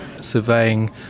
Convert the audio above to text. surveying